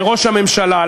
לראש הממשלה,